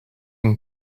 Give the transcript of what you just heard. een